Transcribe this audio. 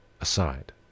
aside